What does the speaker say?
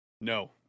No